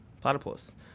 platypus